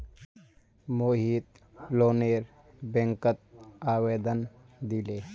मोहित लोनेर बैंकत आवेदन दिले